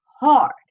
hard